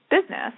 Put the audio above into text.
business